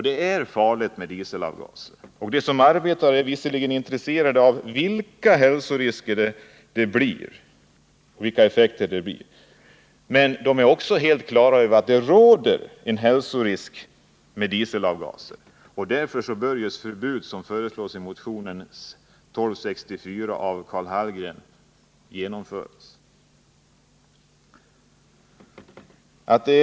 De som arbetar med diesel är visserligen intresserade av vilka hälsorisker som föreligger och dess effekter, men de är redan nu helt på det klara med att hälsorisker är förknippade med dieselavgaser. Därför bör det förbud som föreslås i motionen 1264 av Karl Hallgren m.fl. införas.